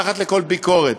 מתחת לכל ביקורת.